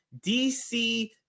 DC